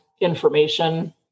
information